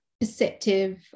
perceptive